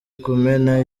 kumena